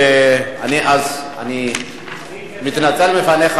אני מתנצל בפניך,